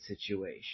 situation